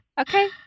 Okay